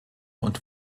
und